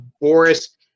Boris